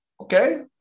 okay